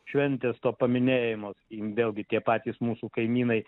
šventės to paminėjimo sakykim vėlgi tie patys mūsų kaimynai